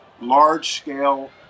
large-scale